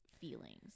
feelings